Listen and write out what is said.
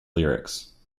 lyrics